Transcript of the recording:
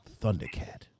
Thundercat